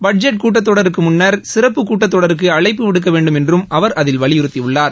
budget கூட்டத்தொடருக்கு முன்னர் சிறப்பு கூட்டத்தொடருக்கு அழைப்பு விடுக்க வேண்டும் என்றும் அவர் அதில் வலியுறுத்தியுள்ளார்